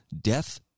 death